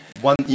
one